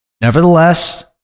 Nevertheless